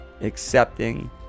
accepting